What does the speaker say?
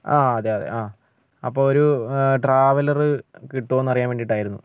ആ അതെ അതെ ആ അപ്പോൾ ഒരു ട്രാവലർ കിട്ടുമോ എന്ന് അറിയാൻ വേണ്ടിയിട്ടായിരുന്നു